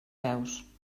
veus